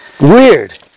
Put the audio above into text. Weird